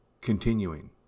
Continuing